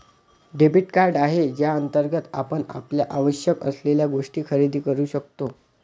debit card आहे ज्याअंतर्गत आपण आपल्याला आवश्यक असलेल्या गोष्टी खरेदी करू शकतो